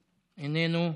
איננו.